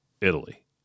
Italy